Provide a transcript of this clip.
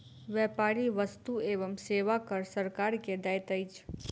व्यापारी वस्तु एवं सेवा कर सरकार के दैत अछि